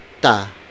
ta